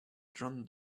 john